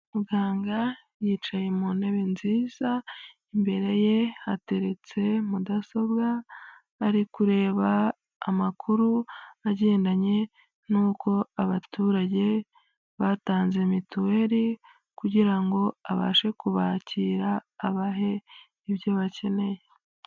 Muganga yicaye mu ntebe nziza, imbere ye hateretse mudasobwa, ari kureba amakuru agendanye n'uko abaturage batanze mituweri, kugira ngo abashe kubakira abahe ibyo bakeneye.